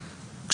לספורטאי,